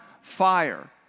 fire